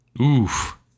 Oof